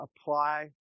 apply